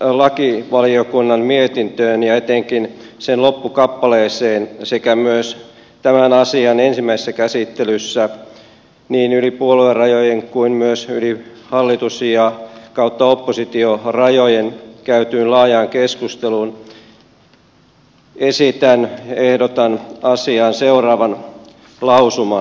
viitaten lakivaliokunnan mietintöön ja etenkin sen loppukappaleeseen sekä myös tämän asian ensimmäisessä käsittelyssä niin yli puoluerajojen kuin myös yli hallitus ja oppositiorajojen käytyyn laajaan keskusteluun ehdotan asiaan seuraavan lausuman